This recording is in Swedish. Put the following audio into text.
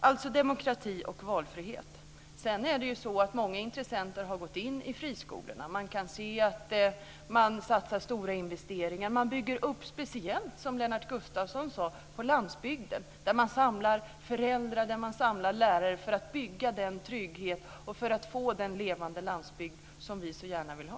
Alltså demokrati och valfrihet. Sedan är det ju så att många intressenter har gått in i friskolorna. Vi kan se att man gör stora investeringar. Man bygger speciellt, som Lennart Gustavsson sade, på landsbygden, där man samlar föräldrar och lärare för att bygga trygghet och för att få den levande landsbygd som vi så gärna vill ha.